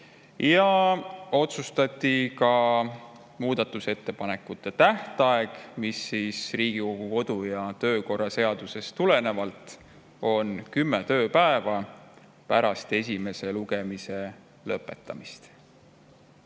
Otsustati ka muudatusettepanekute tähtaeg, mis Riigikogu kodu- ja töökorra seadusest tulenevalt on kümme tööpäeva pärast esimese lugemise lõpetamist.